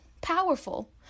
Powerful